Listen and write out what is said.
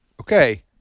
Okay